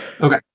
Okay